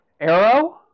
Arrow